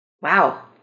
Wow